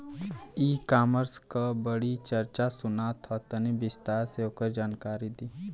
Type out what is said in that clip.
ई कॉमर्स क बड़ी चर्चा सुनात ह तनि विस्तार से ओकर जानकारी दी?